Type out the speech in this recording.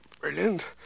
brilliant